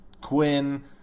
Quinn